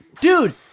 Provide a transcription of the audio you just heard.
Dude